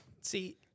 see